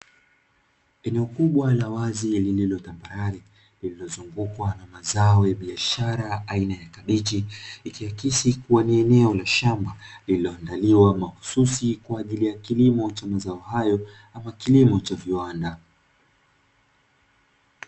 Eneo kubwa la wazi lililotambarare lililozungukwa na mazo ya biashara aina ya kabichi, ikiakisi kuwa ni eneo la shamba, lililoandaliwa mahususi kwa ajili ya kilimo cha mazao hayo ama kilimo cha viwanda.